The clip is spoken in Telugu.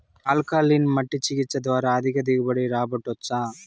ఆల్కలీన్ మట్టి చికిత్స ద్వారా అధిక దిగుబడి రాబట్టొచ్చా